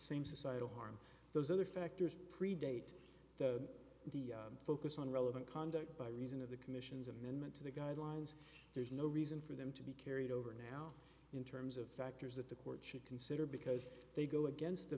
same societal harm those other factors predate the focus on relevant conduct by reason of the commission's amendment to the guidelines there's no reason for them to be carried over now in terms of factors that the court should consider because they go against the